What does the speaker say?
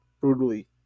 brutally